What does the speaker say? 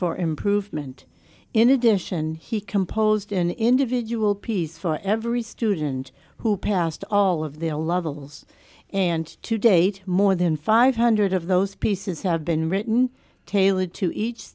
for improvement in addition he composed an individual piece for every student who passed all of the a levels and to date more than five hundred of those pieces have been written tailored to each